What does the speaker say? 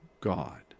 God